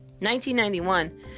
1991